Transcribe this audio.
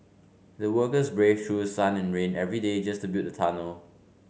the workers braved through sun and rain every day just to build the tunnel